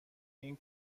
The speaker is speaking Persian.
این